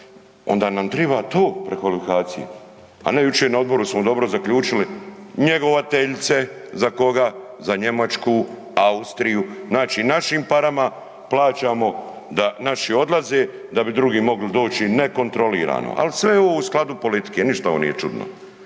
onda nam triba to prekvalifikacije, a ne jučer na odboru smo dobro zaključili, njegovateljice, za koga, za Njemačku, Austriju, znači našim parama plaćamo da naši odlaze da bi drugi mogli doći nekontrolirano, al sve je ovo u skladu politike, ništa ovo nije čudno.